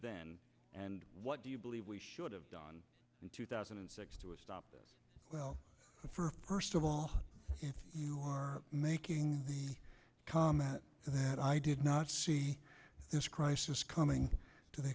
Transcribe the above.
then and what do you believe we should have done in two thousand and six to a stop well for first of all you are making the comment that i did not see this crisis coming to the